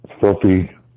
filthy